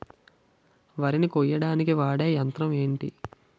వరి ని కోయడానికి వాడే యంత్రం ఏంటి?